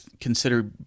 consider